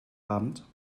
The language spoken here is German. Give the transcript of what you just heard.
abend